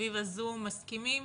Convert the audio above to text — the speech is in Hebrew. סביב הזום, מסכימים